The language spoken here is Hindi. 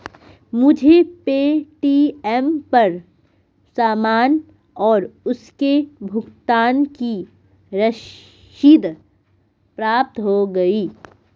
मुझे पे.टी.एम पर सामान और उसके भुगतान की रसीद प्राप्त हो गई है